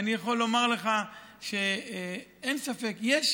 אני יכול לומר לך שאין ספק, יש